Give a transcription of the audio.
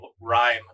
rhyme